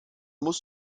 musst